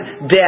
death